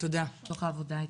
מתוך העבודה איתם.